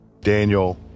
Daniel